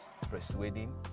persuading